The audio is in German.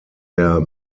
der